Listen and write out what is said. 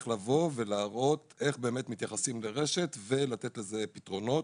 לבוא ולהראות איך באמת מתייחסים לרשת ולתת לזה פתרונות.